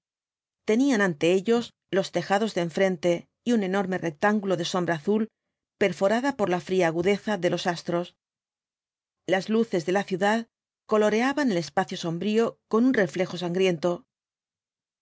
tenían ante ellos los tejados de enfrente y un enorme rectángulo de sombra azul perforada por la fría agudeza de los astros las luces de la ciudad coloreaban el espacio sombrío con un reflejo sangriento